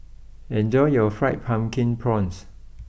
enjoy your Fried Pumpkin Prawns